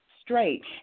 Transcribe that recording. straight